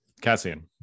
Cassian